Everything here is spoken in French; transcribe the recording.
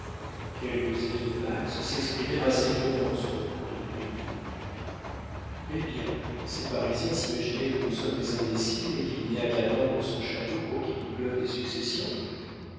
quelques amis de max s'exprimèrent assez durement sur le compte des bridau eh bien ces parisiens s'imaginaient que nous sommes des imbéciles et qu'il n'y a qu'à tendre son chapeau pour qu'il y pleuve des successions